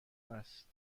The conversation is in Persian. است